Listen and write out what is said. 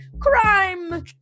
Crime